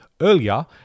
earlier